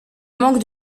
manque